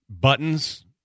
buttons